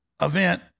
event